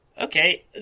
Okay